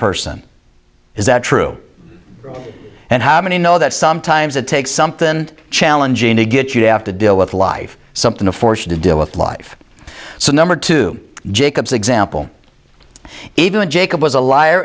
person is that true and how many know that sometimes it takes something challenging to get you to have to deal with life something to force you to deal with life so number two jacob's example even jacob was a liar